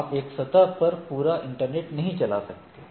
आप एक सतह पर पूरा इंटरनेट नहीं चला सकते हैं